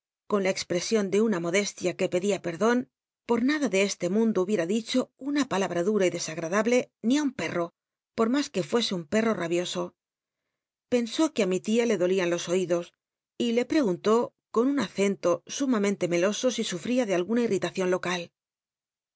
con la cxpresion de una naoclestia que pedía perdon por nada de este mtmdo adahle ni a dicho una palabta dtna y desaga imhiea mas que fuese un perio mijioso ü un perro poa p nsú r ue i mi tia le dolian los oídos y le preguntó con un acento sumamente meloso si sufría de alguna il'l'itacion local